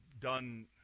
done